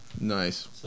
Nice